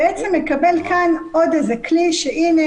בעצם מקבל כאן עוד איזה כלי שהנה,